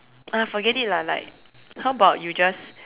ah forget it lah like how bout you just